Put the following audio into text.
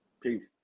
Peace